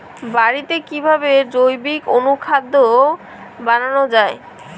বাড়িতে কিভাবে জৈবিক অনুখাদ্য বানানো যায়?